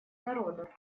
народов